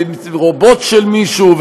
רובוט של מישהו,